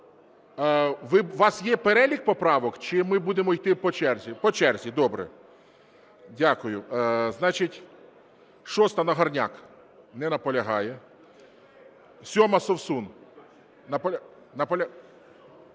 У вас є перелік поправок чи ми будемо йти по черзі? По черзі, добре. Дякую. Значить, 6-а, Нагорняк. Не наполягає. 7-а, Совсун. 4-а,